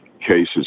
cases